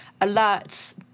alerts